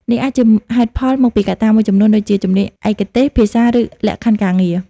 នេះអាចជាហេតុផលមកពីកត្តាមួយចំនួនដូចជា ជំនាញឯកទេស ភាសា ឬលក្ខខណ្ឌការងារ។